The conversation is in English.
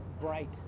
bright